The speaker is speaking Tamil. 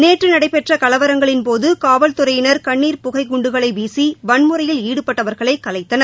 நேற்று நடைபெற்ற கலவரங்களின்போது காவல்துறையினா் கண்ணீர் புகைக்குண்டுகளை வீசி வன்முறையில் ஈடுபட்டவர்களை கலைத்தனர்